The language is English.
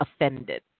offended